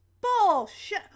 Bullshit